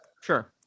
Sure